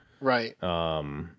Right